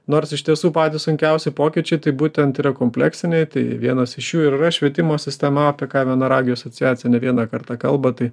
nors iš tiesų patys sunkiausi pokyčiai tai būtent yra kompleksiniai tai vienas iš jų ir yra švietimo sistema apie ką vienaragių asociacija ne vieną kartą kalba tai